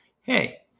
Hey